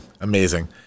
Amazing